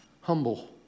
Humble